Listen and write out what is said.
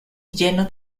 lleno